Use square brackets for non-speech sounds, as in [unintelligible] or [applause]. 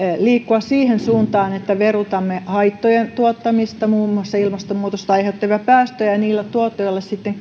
liikkua siihen suuntaan että verotamme haittojen tuottamista muun muassa ilmastonmuutosta aiheuttavia päästöjä ja niillä tuotteilla sitten [unintelligible]